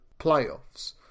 playoffs